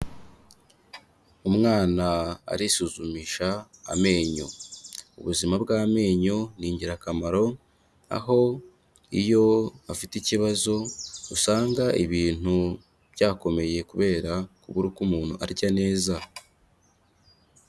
Umwana arisuzumisha amenyo, ubuzima bw'amenyo ni ingirakamaro, aho iyo afite ikibazo usanga ibintu byakomeye kubera kubura uko umuntu arya neza.